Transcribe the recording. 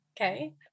okay